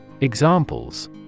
Examples